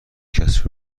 کثیف